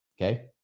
Okay